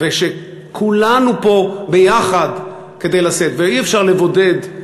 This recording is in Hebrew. שכולנו פה ביחד כדי לשאת, ואי-אפשר לבודד.